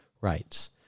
rights